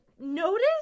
notice